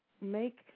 make